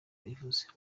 ivuze